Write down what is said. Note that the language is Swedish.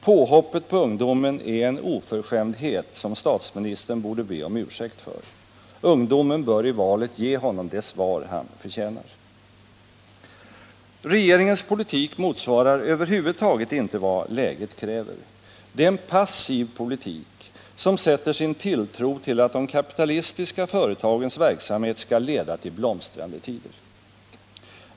Påhoppet på ungdomen är en oförskämdhet, som statsministern borde be om ursäkt för. Ungdomen bör i valet ge honom det svar han förtjänar. Regeringens politik motsvarar över huvud taget inte vad läget kräver. Det är en passiv politik, som sätter sin tilltro till att de kapitalistiska företagens verksamhet skall leda till blomstrande tider.